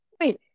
Wait